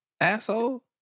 asshole